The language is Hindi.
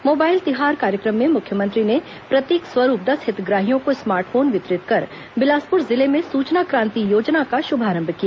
मोबाइल तिहार कार्यक्रम में मुख्यमंत्री ने प्रतीक स्वरूप दस हितग्राहियों को स्मार्ट फोन वितरित कर बिलासपुर जिले में सुचना क्रांति योजना का शभारंभ किया